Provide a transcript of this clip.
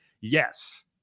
Yes